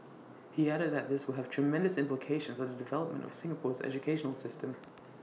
he added that this will have tremendous implications on the development of Singapore's educational system